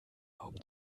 augen